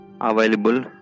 available